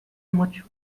much